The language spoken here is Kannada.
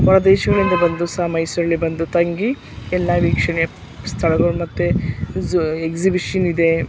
ಹೊರದೇಶಗಳಿಂದ ಬಂದು ಸ ಮೈಸೂರಲ್ಲಿ ಬಂದು ತಂಗಿ ಎಲ್ಲ ವೀಕ್ಷಣೆ ಸ್ಥಳಗಳು ಮತ್ತು ಝೂ ಎಕ್ಸಿಬಿಷನ್ ಇದೆ